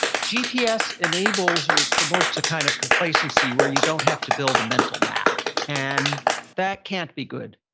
gps enables or provoked to kind of complacency where you don't have to build a mental map and that can't be good.